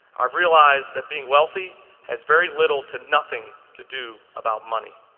i've realized that being wealthy has very little to nothing to do about money.